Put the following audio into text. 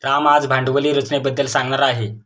राम आज भांडवली रचनेबद्दल सांगणार आहे